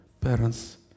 parents